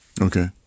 Okay